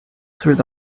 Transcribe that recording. through